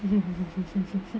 mmhmm